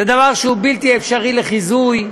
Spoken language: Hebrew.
וזה דבר שהוא בלתי אפשרי לחיזוי,